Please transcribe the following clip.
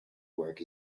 work